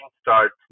start